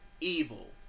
evil